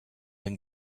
and